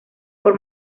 por